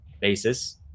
basis